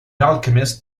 alchemist